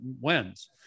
wins